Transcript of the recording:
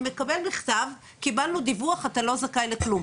הוא מקבל מכתב: קיבלנו דיווח, אתה לא זכאי לכלום.